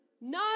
no